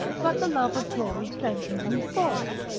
but the love of glory strengthens me for it,